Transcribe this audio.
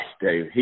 Dave